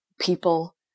people